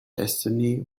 destiny